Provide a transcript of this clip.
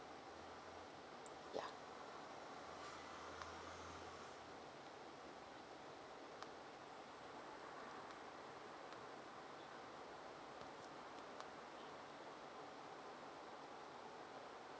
yeah